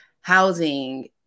housing